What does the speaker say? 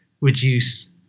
reduce